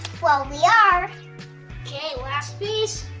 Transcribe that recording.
well we are okay last piece.